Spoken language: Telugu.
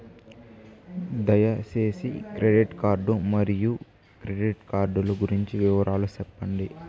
దయసేసి క్రెడిట్ కార్డు మరియు క్రెడిట్ కార్డు లు గురించి వివరాలు సెప్పండి?